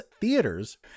theaters